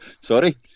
Sorry